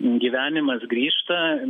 gyvenimas grįžta